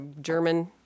German